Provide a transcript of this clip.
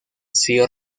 sido